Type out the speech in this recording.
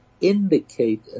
indicate